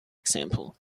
example